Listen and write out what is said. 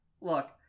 look